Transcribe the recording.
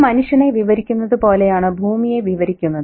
ഒരു മനുഷ്യനെ വിവരിക്കുന്നതു പോലെയാണ് ഭൂമിയെ വിവരിക്കുന്നത്